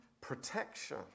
protection